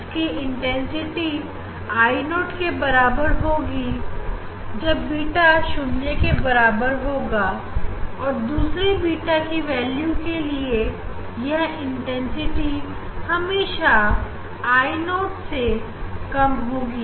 इसकी intensity I 0 के बराबर होगी जब बीटा शून्य के बराबर होगा और दूसरे बीटा की वैल्यू के लिए यह इंटेंसिटी हमेशा I 0 से कम होगी